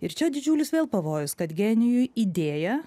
ir čia didžiulis vėl pavojus kad genijui idėja